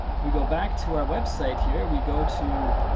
if we go back to our website here, we go to